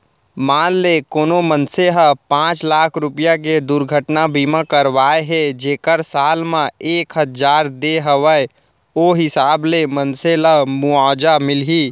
मान ले कोनो मनसे ह पॉंच लाख रूपया के दुरघटना बीमा करवाए हे जेकर साल म एक हजार दे हवय ओ हिसाब ले मनसे ल मुवाजा मिलही